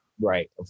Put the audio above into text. Right